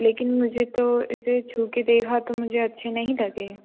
लेकिन मुझे तो इसे छू के देखा तो मुझे अच्छे नहीं लगे